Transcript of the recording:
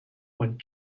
when